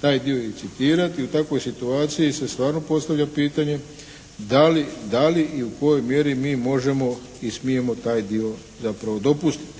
taj dio i citirati u takvoj situaciji se stvarno postavlja pitanje da li i u kojoj mjeri mi možemo i smijemo taj dio zapravo dopustiti,